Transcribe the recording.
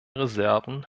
reserven